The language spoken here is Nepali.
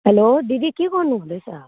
हलो दिदी के गर्नु हुँदैछ